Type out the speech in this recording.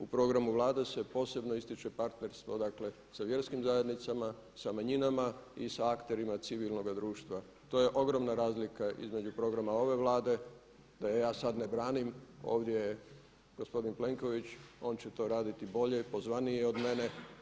U programu Vlade se posebno ističe partnerstvo dakle sa vjerskim zajednicama, sa manjinama i sa akterima civilnoga društva, to je ogromna razlika između programa ove Vlade, da je ja sada ne branim ovdje je gospodin Plenković, on će to radi bolje, pozvaniji je od mene.